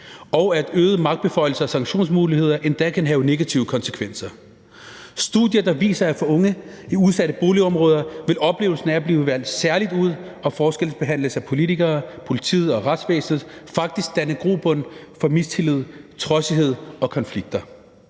og at øgede magtbeføjelser og sanktionsmuligheder endda kan have negative konsekvenser. Studier viser, at der hos unge i udsatte boligområder med oplevelsen af at blive valgt særligt ud og forskelsbehandlet af politikere, politiet og retsvæsenet faktisk dannes grobund for mistillid, trods og konflikter